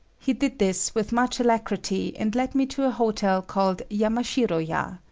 he did this with much alacrity and led me to a hotel called yamashiro-ya.